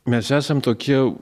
mes esam tokie jau